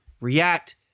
react